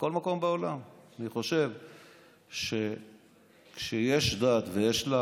בכל מקום בעולם, אני חושב שכשיש דת ויש לה